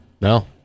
no